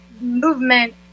movement